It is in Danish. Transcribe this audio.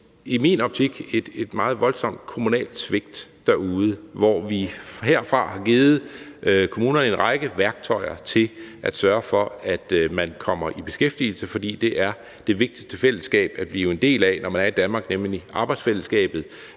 i min optik et meget voldsomt kommunalt svigt derude, hvor vi herfra har givet kommunerne en række værktøjer til at sørge for, at man kommer i beskæftigelse, fordi det er det vigtigste fællesskab, man jo er en del af, når man er i Danmark, nemlig arbejdsfællesskabet.